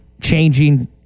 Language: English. changing